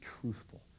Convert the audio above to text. truthful